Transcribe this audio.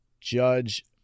Judge